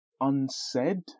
unsaid